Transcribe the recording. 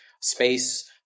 space